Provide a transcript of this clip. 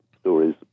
stories